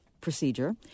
procedure